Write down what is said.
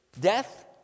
death